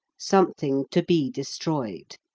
something to be destroyed.